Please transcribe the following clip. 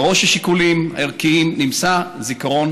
בראש השיקולים הערכיים נמצא זיכרון